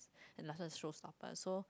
and last one is show stoppers so